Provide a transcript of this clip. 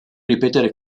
ripetere